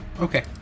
Okay